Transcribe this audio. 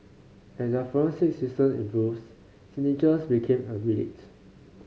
as their forensic systems improves signatures became a relics